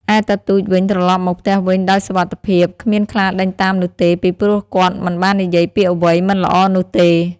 ឯតាទូចវិញត្រឡប់មកផ្ទះវិញដោយសុវត្តិភាព គ្មានខ្លាដេញតាមនោះទេ ពីព្រោះគាត់មិនបាននិយាយពាក្យអ្វីមិនល្អនោះទេ។